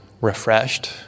refreshed